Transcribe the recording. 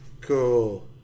Cool